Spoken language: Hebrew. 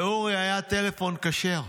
לאורי היה טלפון כשר.